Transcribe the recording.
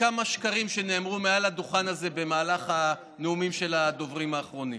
כמה שקרים שנאמרו מעל הדוכן הזה במהלך הנאומים של הדוברים האחרונים.